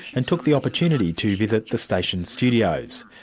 and took the opportunity to visit the station's studios.